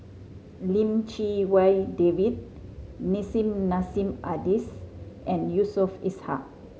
Lim Chee Wai David Nissim Nassim Adis and Yusof Ishak